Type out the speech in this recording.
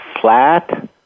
flat